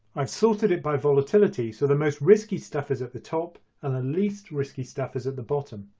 i've sorted it by volatility so the most risky stuff is at the top and the least risky stuff is at the bottom,